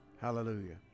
Hallelujah